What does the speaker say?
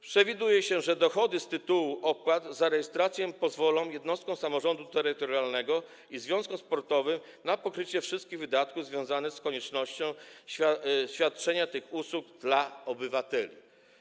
Przewiduje się, że dochody z tytułu opłat za rejestrację pozwolą jednostkom samorządu terytorialnego i związkom sportowym na pokrycie wszystkich wydatków związanych z koniecznością świadczenia usług dla obywateli.